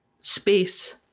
space